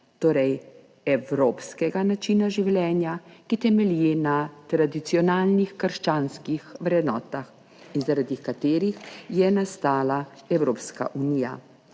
torej evropskega načina življenja, ki temelji na tradicionalnih krščanskih vrednotah in zaradi katerih je nastala Evropska unija.